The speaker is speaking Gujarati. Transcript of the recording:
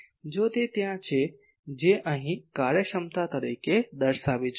જો તે ત્યાં છે જે અહીં કાર્યક્ષમતા તરીકે દર્શાવવી જોઈએ